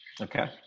Okay